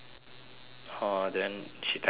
orh then she thank you ah